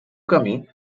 camí